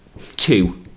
two